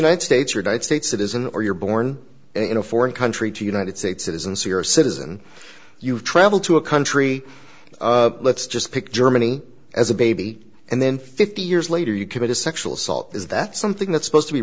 united states or die states citizen or you're born in a foreign country to united states citizen c or citizen you've traveled to a country let's just pick germany as a baby and then fifty years later you commit a sexual assault is that something that's supposed to be